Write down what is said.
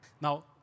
Now